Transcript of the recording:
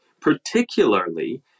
Particularly